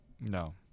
No